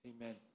Amen